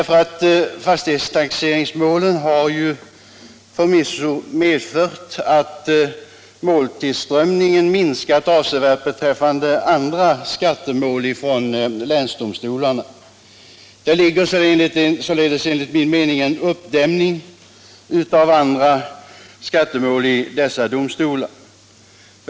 Fastighetstaxeringsmålen har förvisso medfört att måltillströmningen minskat avsevärt beträffande andra skattemål från länsdomstolarna, och det föreligger således enligt min mening en uppdämning av andra skattemål i dessa domstolar.